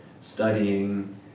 studying